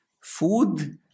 food